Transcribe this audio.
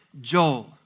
Joel